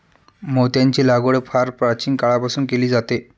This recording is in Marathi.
मोत्यांची लागवड फार प्राचीन काळापासून केली जाते